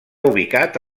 ubicat